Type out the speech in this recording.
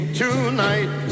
tonight